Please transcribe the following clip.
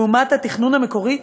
לעומת התכנון המקורי,